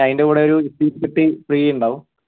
പിന്നെ അതിൻറ്റെ കൂടൊരു ഇസ്തിരിപെട്ടി ഫ്രീ ഉണ്ടാവും